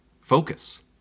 Focus